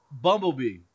Bumblebee